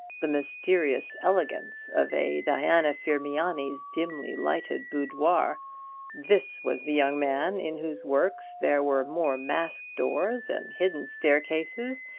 the mysterious elegance of a diana firmiani's dimly-lighted boudoir. this was the young man in whose works there were more masked doors, and hidden staircases,